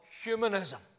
humanism